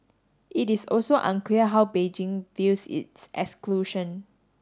it is also unclear how Beijing views its exclusion